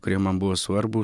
kurie man buvo svarbūs